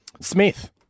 Smith